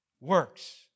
works